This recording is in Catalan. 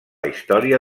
història